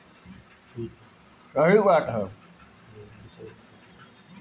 वित्तीय विवरण कवनो भी व्यवसाय के लेनदेन के औपचारिक रिकार्ड होत बाटे